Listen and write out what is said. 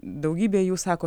daugybė jų sako